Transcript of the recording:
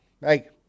hey